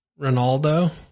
Ronaldo